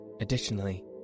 additionally